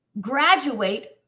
graduate